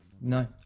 No